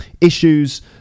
issues